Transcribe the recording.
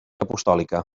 apostòlica